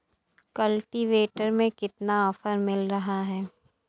Cultivator में कितना offer मिल रहा है?